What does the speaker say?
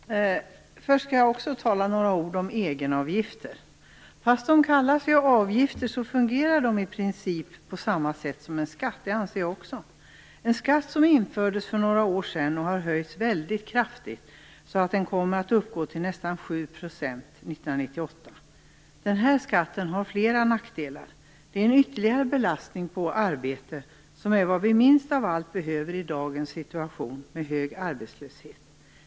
Herr talman! Först skall jag också tala några ord om egenavgifter. Fast de kallas avgifter fungerar de i princip på samma sätt som en skatt. Det anser jag också. Det är en skatt som infördes för några år sedan och som har höjts mycket kraftigt, så att den kommer att uppgå till nästan 7 % år 1998. Den här skatten har flera nackdelar. Det är en ytterligare skattebelastning på arbete, som är vad vi minst av allt behöver i dagens situation med hög arbetslöshet.